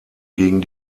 gegen